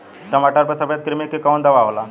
टमाटर पे सफेद क्रीमी के कवन दवा होला?